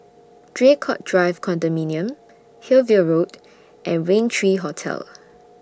Draycott Drive Condominium Hillview Road and Rain three Hotel